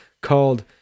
called